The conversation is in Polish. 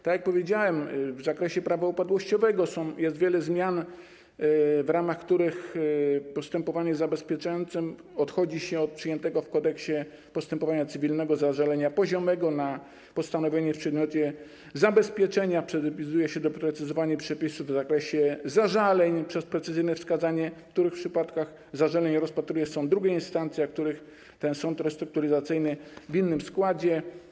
Tak jak powiedziałem, w zakresie Prawa upadłościowego jest wiele zmian, w ramach których w postępowaniu zabezpieczającym odchodzi się od przyjętego w Kodeksie postępowania cywilnego zażalenia poziomego na postanowienie w przedmiocie zabezpieczenia, przewiduje się doprecyzowanie przepisów w zakresie zażaleń przez precyzyjne wskazanie, w których przypadkach zażalenie rozpatruje sąd drugiej instancji, a w których ten sąd restrukturyzacyjny w innym składzie.